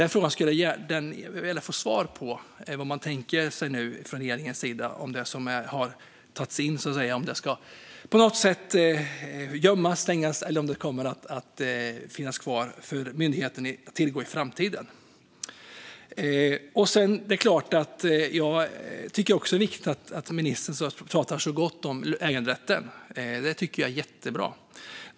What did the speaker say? Den frågan skulle jag gärna vilja få svar på. Vad tänker man från regeringens sida om det som har tagits in, så att säga? Ska det på något sätt gömmas eller slängas? Eller kommer det att finnas kvar för myndigheten att tillgå i framtiden? Jag tycker att det är bra att ministern pratar så gott om äganderätten. Det tycker jag är jättebra.